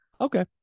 Okay